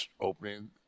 opening